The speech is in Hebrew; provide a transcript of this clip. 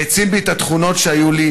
העצים בי את התכונות שהיו לי,